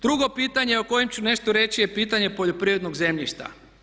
Drugo pitanje o kojem ću nešto reći je pitanje poljoprivrednog zemljišta.